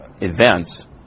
events